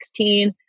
2016